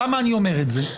למה אני אומר את זה,